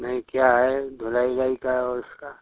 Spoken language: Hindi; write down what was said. नहीं क्या है धुलाई उलाई का उसका